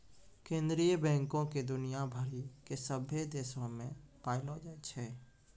केन्द्रीय बैंको के दुनिया भरि के सभ्भे देशो मे पायलो जाय छै